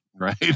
Right